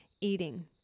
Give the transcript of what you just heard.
eating